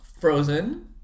Frozen